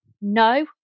No